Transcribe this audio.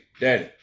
daddy